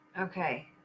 Okay